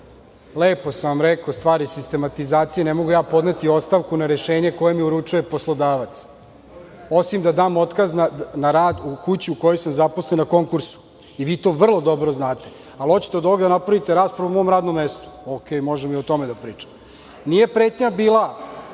Lepo sam vam rekao, stvar je sistematizacije i ne mogu ja podneti ostavku na rešenje koje mi uručuje poslodavac, osim da dam otkaz na rad u kući u kojoj sam zaposlen na konkursu. Vi to vrlo dobro znate, ali hoćete od ovoga da napravite raspravu o mom radnom mestu? Ok, možemo i o tome da pričamo. Nije bila